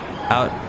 out